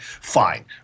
fine